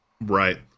Right